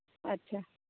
ᱟᱪᱪᱷᱟ